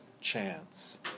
chance